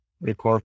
record